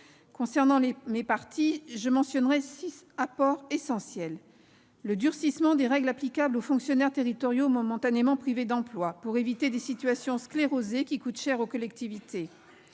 dont j'étais chargée, je mentionnerai six apports essentiels : le durcissement des règles applicables aux fonctionnaires territoriaux momentanément privés d'emploi pour éviter des situations sclérosées, qui coûtent cher aux collectivités